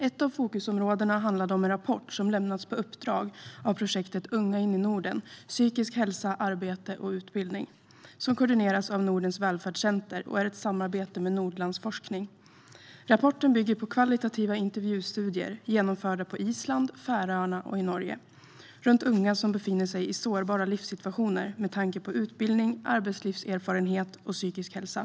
Ett av fokusområdena handlade om en rapport som lämnats på uppdrag av projektet Unga in i Norden - psykisk hälsa, arbete och utbildning, som koordineras av Nordens Välfärdscenter och är ett samarbete med Nordlandsforskning. Rapporten bygger på högkvalitativa intervjustudier genomförda på Island, Färöarna och i Norge runt unga som befinner sig i sårbara livssituationer med tanke på utbildning, arbetslivserfarenhet och psykisk hälsa.